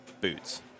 boots